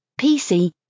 PC